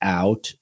out